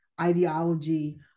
ideology